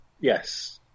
yes